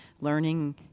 learning